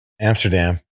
Amsterdam